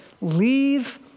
leave